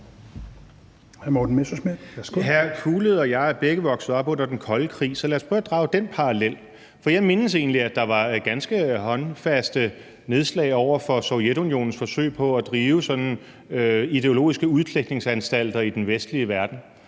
Mads Fuglede og jeg er begge vokset op under den kolde krig, så lad os prøve at drage den parallel, for jeg mindes egentlig, at der var ganske håndfaste nedslag over for Sovjetunionens forsøg på at drive ideologiske udklækningsanstalter i den vestlige verden.